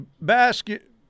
basket